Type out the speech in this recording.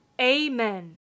Amen